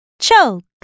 choke